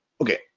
Okay